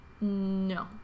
No